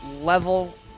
level